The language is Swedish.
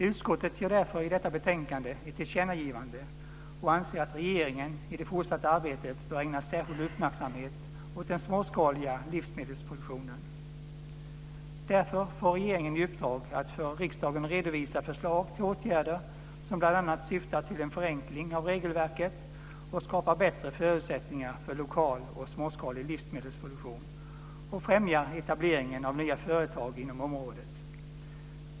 Utskottet gör därför i detta betänkande ett tillkännagivande och anser att regeringen i det fortsatta arbetet bör ägna särskild uppmärksamhet åt den småskaliga livsmedelsproduktionen. Därför får regeringen i uppdrag att för riksdagen redovisa förslag till åtgärder som bl.a. syftar till en förenkling av regelverket, skapa bättre förutsättningar för lokal och småskalig livsmedelsproduktion och främja etableringen av nya företag inom området.